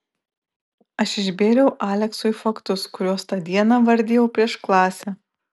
aš išbėriau aleksui faktus kuriuos tą dieną vardijau prieš klasę